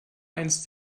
einst